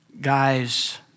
Guys